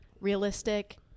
realistic